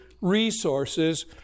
resources